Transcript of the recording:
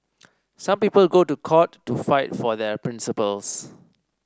some people go to court to fight for their principles